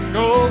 go